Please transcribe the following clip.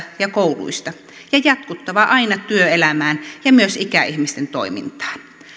ja kouluista ja jatkuttava aina työelämään ja myös ikäihmisten toimintaan